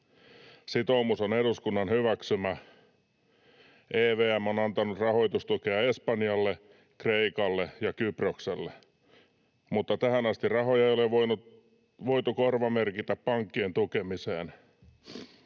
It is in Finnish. Sitoumus on eduskunnan hyväksymä. EVM on antanut rahoitustukea Espanjalle, Kreikalle ja Kyprokselle, mutta tähän asti rahoja ei ole voitu korvamerkitä pankkien tukemiseen.